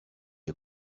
you